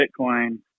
Bitcoin